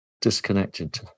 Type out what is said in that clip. disconnected